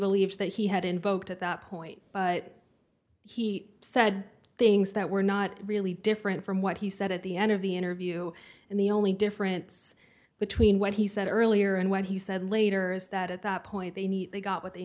believes that he had invoked at that point but he said things that were not really different from what he said at the end of the interview and the only difference between what he said earlier and what he said later is that at that point they need they got what they